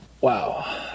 Wow